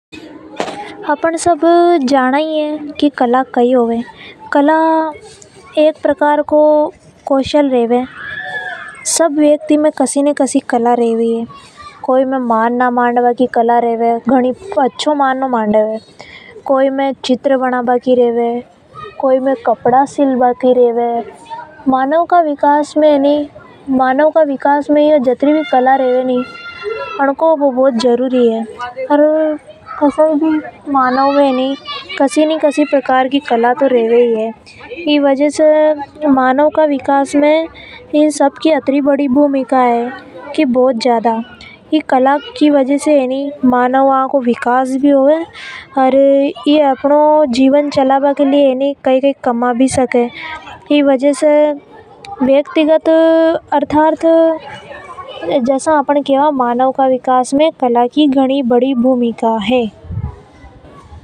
अपन सब जाना ही है कि कला कई होवे कला एक प्रकार को कौशल रेवे। सब व्यक्ति में कोई न कोई कला तो रेवे ही है। कोई में मांडना मांडवा की कला रेवे, कोई में चित्र बना बा की रेवे। कोई में कपड़ा सिल्वा की कला रेवे है। मानव के विकास में इन सब कला को होना घनों ज़्यादा जरूरी है क्योंकि ये सब का घणा उपयोग होवे। सब में कोई न कोई कला तो रेवे ही है इं मानव का विकास में कला की घणी बड़ी भूमिका है। कला के द्वारा अपन कमा भी सका ओर अपनों जीवन आसानी से चला सका।